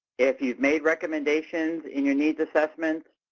if you've made recommendations in your needs assessments,